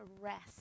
rest